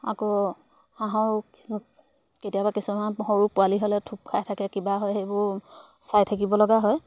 আকৌ হাঁহৰ কেতিয়াবা কিছুমান সৰু পোৱালি হ'লে থুপ খাই থাকে কিবা হয় সেইবোৰ চাই থাকিব লগা হয়